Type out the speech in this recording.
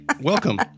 welcome